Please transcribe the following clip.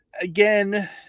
again